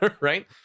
right